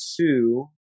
two